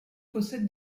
possède